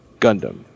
Gundam